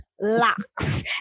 locks